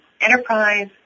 enterprise